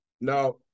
Now